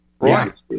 Right